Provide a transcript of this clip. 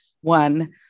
One